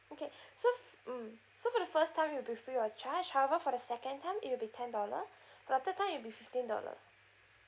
okay so mm so for the first time it'll be free your charge however for the second time it will be ten dollar for the third time it'll be fifteen dollar